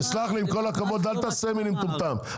סלח לי עם כל הכבוד אל תעשה ממני מטומטם,